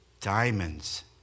diamonds